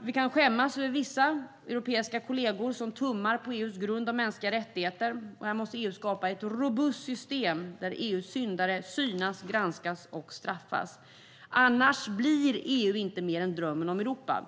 Vi kan skämmas över vissa europeiska kollegor som tummar på EU:s grund om mänskliga rättigheter. EU måste därför skapa ett robust system där EU:s syndare synas, granskas och straffas. Annars blir EU inte mer än drömmen om Europa.